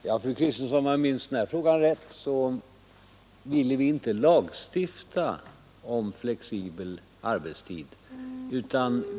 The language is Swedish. Herr talman! Om jag minns rätt i den här frågan, fru Kristensson, så ville vi inte lagstifta om flexibel arbetstid.